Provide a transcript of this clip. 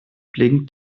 blinkt